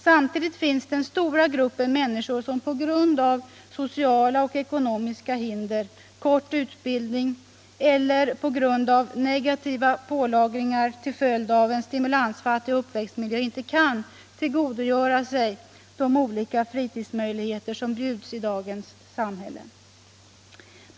Samtidigt har vi den stora gruppen människor som på grund av sociala och ekonomiska hinder, kort utbildning eller på grund av negativa pålagringar till följd av en stimulansfattig uppväxtmiljö inte kan tillgodogöra sig de olika fritidsmöjligheter som bjuds i dagens samhälle.